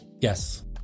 Yes